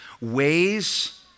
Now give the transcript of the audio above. ways